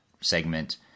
segment